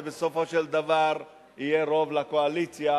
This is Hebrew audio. ובסופו של דבר יהיה רוב לקואליציה,